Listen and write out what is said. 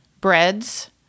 breads